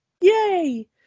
yay